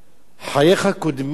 חייך קודמים לחיי חברך,